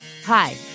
Hi